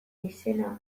izena